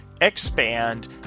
expand